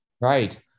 right